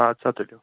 اَدٕ سا تُلِو